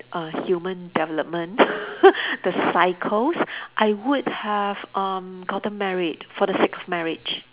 uh human development the cycles I would have um gotten married for the sake of marriage